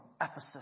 Ephesus